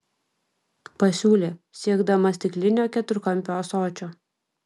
pasiūlė siekdamas stiklinio keturkampio ąsočio